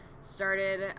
started